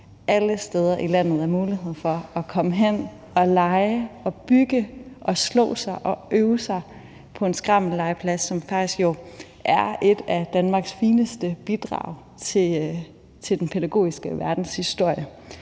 alle steder i landet er mulighed for at komme hen og lege og bygge og slå sig og øve sig på en skrammellegeplads, som jo faktisk er et af Danmarks fineste bidrag til den pædagogiske verdenshistorie.